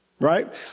right